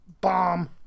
bomb